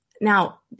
Now